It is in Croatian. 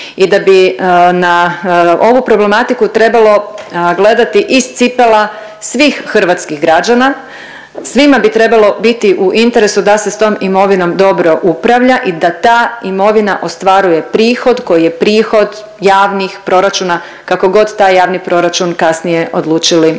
i da bi na ovu problematiku trebalo gledati iz cipela svih hrvatskih građana, svima bi trebalo biti u interesu da se s tom imovinom dobro upravlja i da ta imovina ostvaruje prihod koji je prihod javnih proračuna kako god taj javni proračun kasnije odlučili